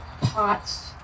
pots